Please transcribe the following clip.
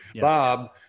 Bob